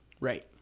right